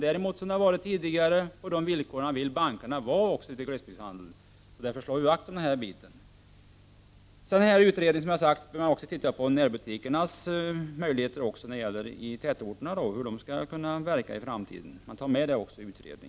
Däremot vill bankerna medverka i glesbygdshandeln på tidigare villkor. Så det gäller att slå vakt om dem. Utredningen bör också titta på hur närbutikerna i tätorterna skall kunna verka i framtiden.